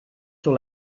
sur